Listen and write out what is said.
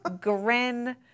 grin